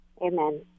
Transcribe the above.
Amen